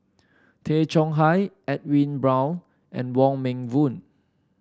Tay Chong Hai Edwin Brown and Wong Meng Voon